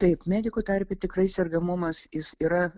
taip medikų tarpe tikrai sergamumas jis yra